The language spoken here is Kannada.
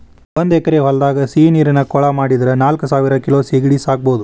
ಒಂದ್ ಎಕರೆ ಹೊಲದಾಗ ಸಿಹಿನೇರಿನ ಕೊಳ ಮಾಡಿದ್ರ ನಾಲ್ಕಸಾವಿರ ಕಿಲೋ ಸೇಗಡಿ ಸಾಕಬೋದು